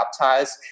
baptized